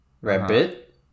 Rabbit